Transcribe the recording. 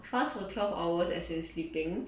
fast for twelve hours as in sleeping